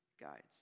guides